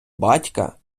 батька